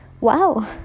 Wow